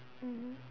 mmhmm